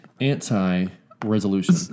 Anti-resolution